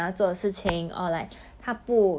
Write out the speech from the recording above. oh ya true ya that's a important one